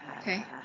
okay